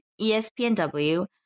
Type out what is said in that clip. ESPNW